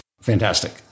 Fantastic